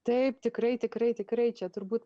taip tikrai tikrai tikrai čia turbūt